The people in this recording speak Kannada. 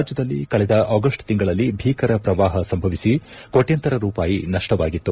ರಾಜ್ಯದಲ್ಲಿ ಕಳೆದ ಅಗಸ್ಟ್ ತಿಂಗಳಲ್ಲಿ ಭೀಕರ ಪ್ರವಾಹ ಸಂಭವಿಸಿ ಕೋಟ್ಯಾಂತರ ರೂಪಾಯಿ ನಷ್ಟವಾಗಿತ್ತು